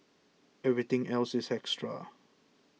everything else is an extra